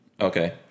Okay